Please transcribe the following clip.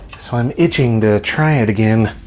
so i'm itching to try it again.